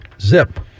zip